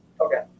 Okay